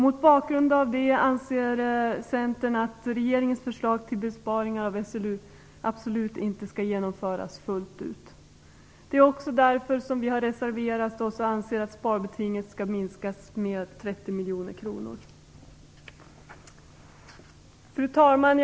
Mot bakgrund av det anser Centern att regeringens förslag till besparingar på SLU inte skall genomföras fullt ut. Det är också därför som vi har reserverat oss och anser att sparbetinget skall minskas med 30 miljoner kronor. Fru talman!